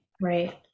right